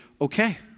okay